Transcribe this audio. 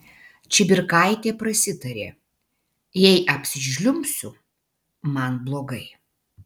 čibirkaitė prasitarė jei apsižliumbsiu man blogai